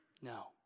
No